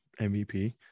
MVP